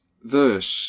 verse